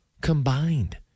combined